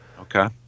Okay